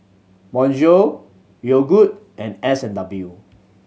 Bonjour Yogood and S and W